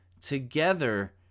Together